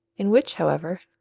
in which, however,